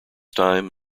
time